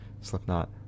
Slipknot